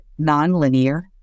nonlinear